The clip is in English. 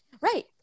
Right